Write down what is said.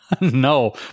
No